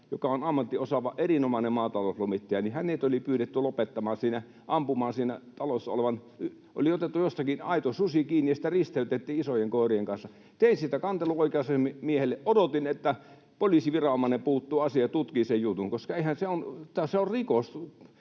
joka on ammattiosaava, erinomainen maatalouslomittaja, oli pyydetty lopettamaan, ampumaan, yhdessä talossa oleva eläin — oli otettu jostakin aito susi kiinni, ja sitä risteytettiin isojen koirien kanssa. Tein siitä kantelun oikeusasiamiehelle ja odotin, että poliisiviranomainen puuttuu asiaan ja tutkii sen jutun, koska sehän on rikos